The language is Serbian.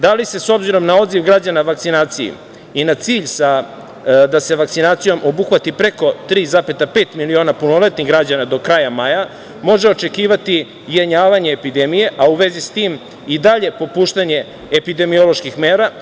Da li se, s obzirom na odziv građana vakcinaciji i na cilj da se vakcinacijom obuhvati preko 3,5 miliona punoletnih građana do kraja maja, može očekivati jenjavanje epidemije, a u vezi s tim i dalje popuštanje epidemioloških mera?